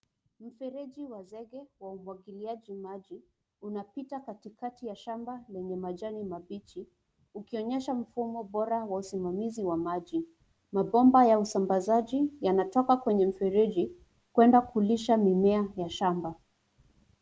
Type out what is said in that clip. Mfereji wa zenge wa umwangiliaji maji, unapita katikati ya shamba yenye majani mabichi ukionyesha mfumo bora wa usimamizi wa maji. Mabomba ya usambazaji yanatoka kwenye mifereji kwenda kulisha mimea ya shamba.